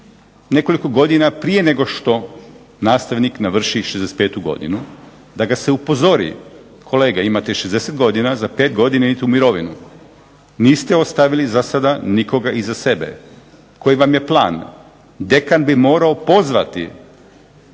nekoliko godina prije nego što nastavnik navrši 65 godinu da ga se upozori, kolega imate 60 godina, za 5 godina idete u mirovinu. Niste ostavili zasada nikoga iza sebe. Koji vam je plan? Dekan bi morao pozvati